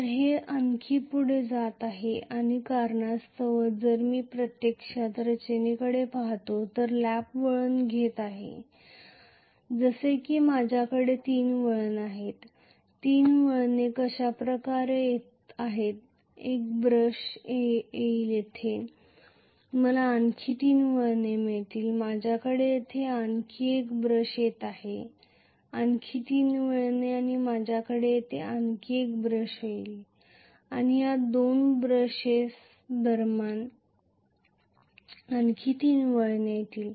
तर हे आणखी पुढे जात आहे आणि त्या कारणास्तव जर मी प्रत्यक्षात रचनेकडे पहातो तर लॅप वळण घेते आहे जसे की माझ्याकडे तीन वळणे आहेत तीन वळणे अशा प्रकारे येत आहेत एक ब्रश येईल येथे मला आणखी तीन वळण मिळतील माझ्याकडे येथे आणखी एक ब्रश येत आहे आणखी तीन वळणे आणि माझ्याकडे येथे आणखी एक ब्रश येईल आणि या दोन ब्रशेस दरम्यान आणखी तीन वळणे येईल